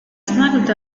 snuggled